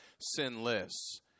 sinless